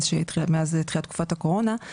מאז שהתחילה תקופת הקורונה.